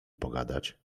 pogadać